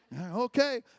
okay